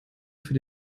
für